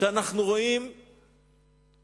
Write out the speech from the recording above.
שאנחנו רואים כוונות,